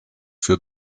für